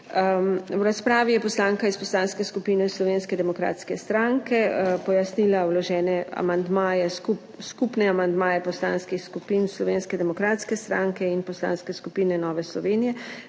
V razpravi je poslanka iz Poslanske skupine Slovenske demokratske stranke pojasnila vložene amandmaje, skupne amandmaje Poslanskih skupin Slovenske demokratske stranke in Poslanske skupine Nove Slovenije